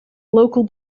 local